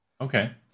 Okay